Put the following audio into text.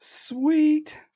Sweet